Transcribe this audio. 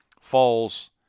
falls